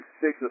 six